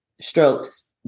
strokes